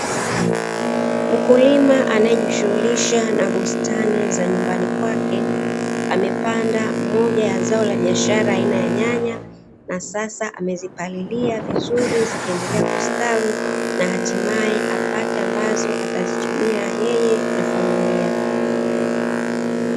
Mkulima anaejishughulisha na bustani za nyumbani kwake, amepanda moja ya zao la biashara aina ya nyanya na sasa amezipalilia vizur zikiendelea kustawi na hatimae apate ambazo atazitumia yeye na familia.